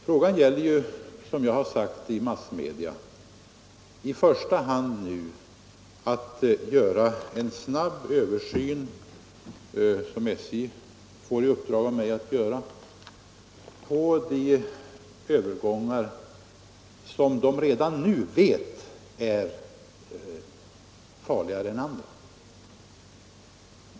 Frågan gäller ju, som jag sagt i massmedia, i första hand nu en snabb översyn — som SJ får i uppdrag av mig att göra — av de övergångar som SJ redan nu vet är farligare än andra.